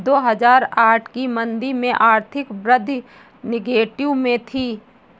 दो हजार आठ की मंदी में आर्थिक वृद्धि नेगेटिव में थी